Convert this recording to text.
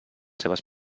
seves